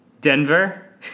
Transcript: Denver